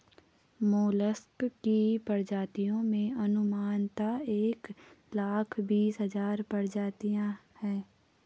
mollusc की प्रजातियों में अनुमानतः एक लाख बीस हज़ार प्रजातियां है